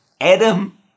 Adam